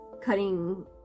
cutting